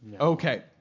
Okay